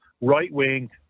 right-wing